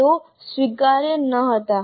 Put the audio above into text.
તેઓ સ્વીકાર્ય ન હતા